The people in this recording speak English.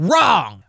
Wrong